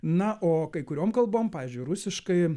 na o kai kurioms kalbom pavyzdžiui rusiškai